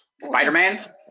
Spider-Man